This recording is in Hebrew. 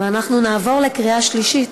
ואנחנו נעבור לקריאה שלישית.